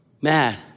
mad